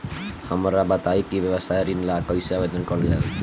हमरा बताई कि व्यवसाय ऋण ला कइसे आवेदन करल जाई?